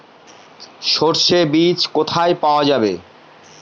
সর্ষে বিজ কোথায় পাওয়া যাবে?